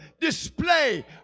display